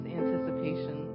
anticipation